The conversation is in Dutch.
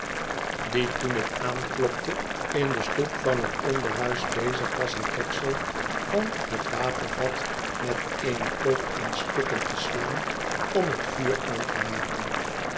die toen ik aanklopte in de stoep van het onderhuis bezig was het deksel van het watervat met eene pook aan stukken te slaan om het vuur aan te maken